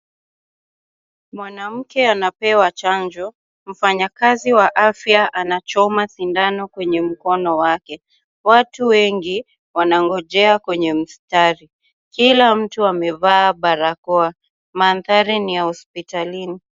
Mwanamke anapewa chanjo, mfanyakazi wa afya anachoma sindano kwenye mkono wake. Watu wengi wanangojea kwenye mstari. Kila mtu amevaa barakoa. Mandhari ni ya hospitalini.